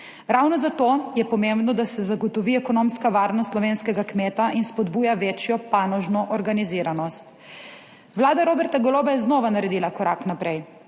Ravno zato je pomembno, da se zagotovi ekonomska varnost slovenskega kmeta in spodbuja večjo panožno organiziranost. Vlada Roberta Goloba je znova naredila korak naprej.